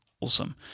awesome